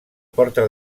porta